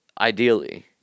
ideally